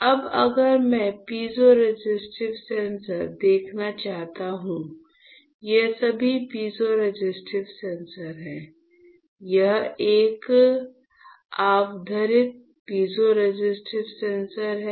अब अगर मैं पीज़ोरेसिस्टिव सेंसर देखना चाहता हूं ये सभी पीजोरेसिस्टिव सेंसर हैं यह एक आवर्धित पीज़ोरेसिस्टिव सेंसर है